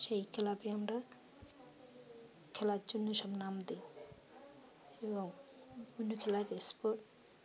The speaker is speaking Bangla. সেই কেলাবে আমরা খেলার জন্য সব নাম দিই এবং বিভিন্ন খেলাকে স্পোর্ট